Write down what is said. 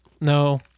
No